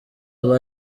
aba